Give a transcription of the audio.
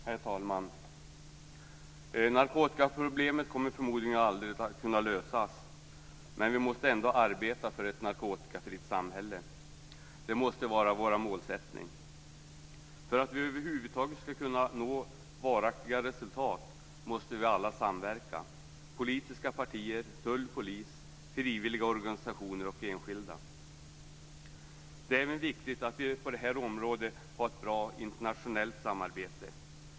Herr talman! Narkotikaproblemet kommer förmodligen aldrig att kunna lösas, men vi måste ändå arbeta för ett narkotikafritt samhälle. Det måste vara vår målsättning. För att vi över huvud taget skall kunna nå varaktiga resultat måste vi alla samverka - politiska partier, tull, polis, olika frivilliga organisationer och enskilda. Det är även viktigt att vi på det här området har ett bra internationellt samarbete.